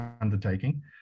undertaking